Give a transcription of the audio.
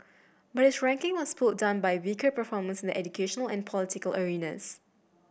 but its ranking was pulled down by weaker performance in the educational and political arenas